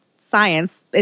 science